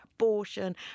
Abortion